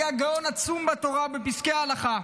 היה גאון עצום בתורה ובפסקי ההלכה,